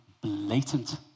blatant